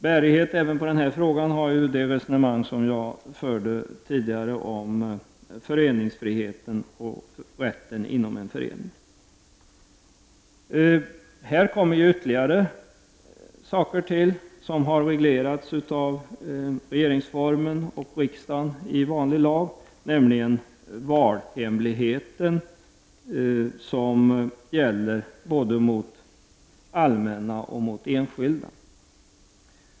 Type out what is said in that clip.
Bärighet även på den här frågan har ju det resonemang som jag förde tidigare om föreningsfriheten och föreningsrätten. Här tillkommer ytterligare en del som har reglerats av föreningsformen och riksdagen i vanlig lag, nämligen valhemligheten som gäller både allmänt och enskilt.